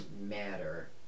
matter